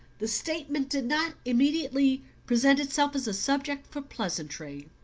the statement did not immediately present itself as a subject for pleasantry.